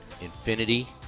Infinity